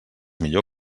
millor